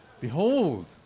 Behold